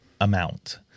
amount